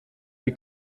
die